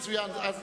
מצוין.